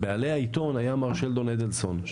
בעלי העיתון היה מר שלדון אדלסון,